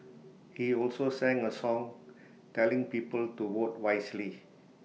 he also sang A song telling people to vote wisely